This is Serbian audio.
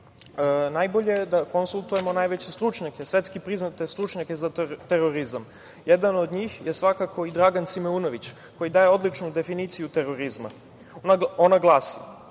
najbolje je da konsultujemo najveće stručnjake, svetski priznate stručnjake za terorizam. Jedan od njih je svakako i Dragan Simeunović koji daje odličnu definiciju terorizma. Ona glasi